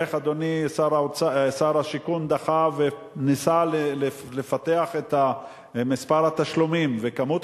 איך אדוני שר השיכון דחה וניסה לפתח את מספר התשלומים וכמות